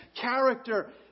character